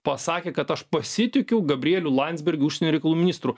pasakė kad aš pasitikiu gabrieliu landsbergiu užsienio reikalų ministru